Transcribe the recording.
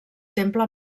temple